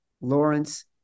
Lawrence